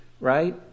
Right